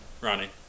Ronnie